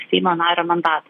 seimo nario mandatą